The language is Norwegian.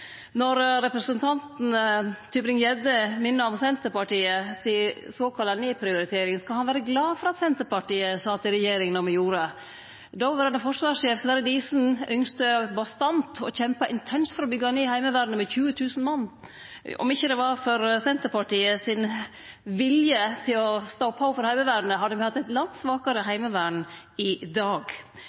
Når representanten Tybring-Gjedde minner om Senterpartiet si såkalla nedprioritering, skal han vere glad for at Senterpartiet sat i regjering då me gjorde. Dåverande forsvarssjef Sverre Diesen ynskte bastant og kjempa intenst for å byggje ned Heimevernet med 20 000 mann. Om det ikkje var for Senterpartiet sin vilje til å stå på for Heimevernet, hadde me hatt eit langt svakare heimevern i dag.